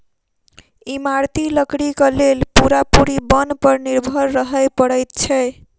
इमारती लकड़ीक लेल पूरा पूरी बन पर निर्भर रहय पड़ैत छै